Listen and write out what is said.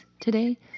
today